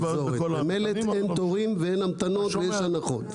במלט אין תורים, אין המתנות ויש הנחות.